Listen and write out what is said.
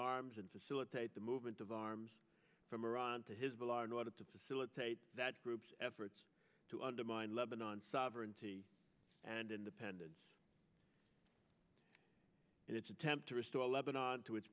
arms and facilitate the movement of arms from iran to his bill are in order to facilitate that group's efforts to undermine lebanon sovereignty and independence in its attempt to restore lebanon to its